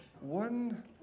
one